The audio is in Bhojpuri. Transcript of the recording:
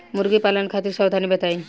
मुर्गी पालन खातिर सावधानी बताई?